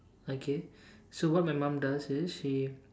okay so what my mom does is she